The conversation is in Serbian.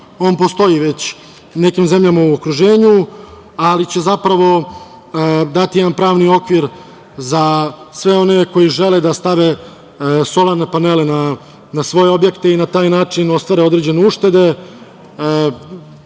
On postoji već u nekim zemljama u okruženju, ali će zapravo dati jedan pravni okvir za sve one koji žele da stave solarne panele na svoje objekte i na taj način ostvare određene uštede. Mislim